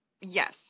Yes